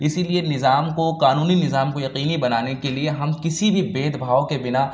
اِسی لیے نظام کو قانونی نظام کو یقینی بنانے کے لیے ہم کسی بھی بید بھاؤ کے بنا